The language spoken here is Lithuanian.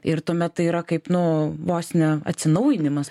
ir tuomet tai yra kaip nu vos ne atsinaujinimas